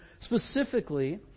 Specifically